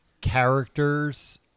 characters